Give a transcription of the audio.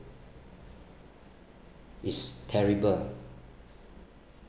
is terrible